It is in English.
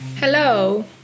Hello